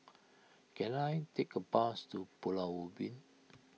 can I take a bus to Pulau Ubin